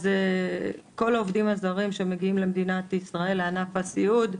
אז כל העובדים הזרים שמגיעים למדינת ישראל לענף הסיעוד,